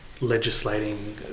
legislating